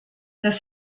das